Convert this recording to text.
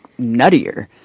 nuttier